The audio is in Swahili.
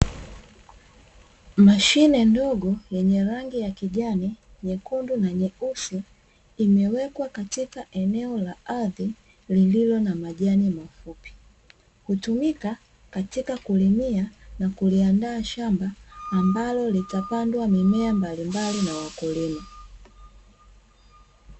Mashine ndogo yenye rangi ya kijani, nyekundu na nyeusi imewekwa katika eneo la ardhi lililo na majani mafupi, hutumika katika kulimia na kuliandaa shamba ambalo litapandwa mimea mbalimbali na wakulima.